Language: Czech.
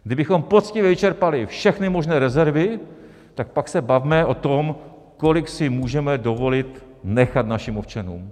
Kdybychom poctivě vyčerpali všechny možné rezervy, tak pak se bavme o tom, kolik si můžeme dovolit nechat našim občanům.